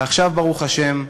ועכשיו, ברוך השם,